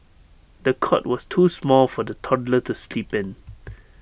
the cot was too small for the toddler to sleep in